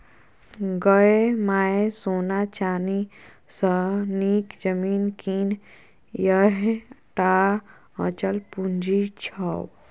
गै माय सोना चानी सँ नीक जमीन कीन यैह टा अचल पूंजी छौ